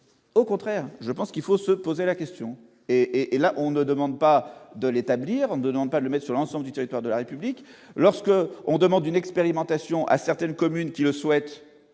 au contraire, je pense qu'il faut se poser la question et et là, on ne demande pas de l'établir de pas le mais sur l'ensemble du territoire de la République lorsque on demande une expérimentation à certaines communes qui le souhaitent,